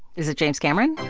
is it james cameron?